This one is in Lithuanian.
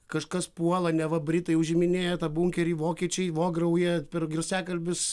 kažkas puola neva britai užiminėja tą bunkerį vokiečiai vograuja per garsiakalbius